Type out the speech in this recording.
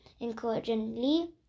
encouragingly